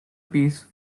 piece